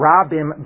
Rabim